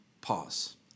pause